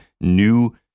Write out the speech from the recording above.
new